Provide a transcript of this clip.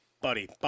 buddy